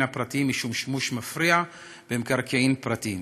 הפרטיים משום שימוש מפריע במקרקעין פרטיים.